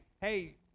hey